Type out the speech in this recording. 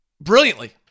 brilliantly